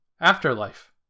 Afterlife